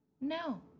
No